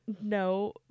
No